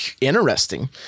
interesting